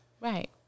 Right